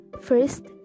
First